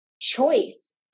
choice